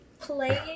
Playing